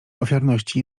ofiarności